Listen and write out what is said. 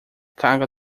carga